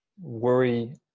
worry